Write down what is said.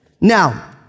Now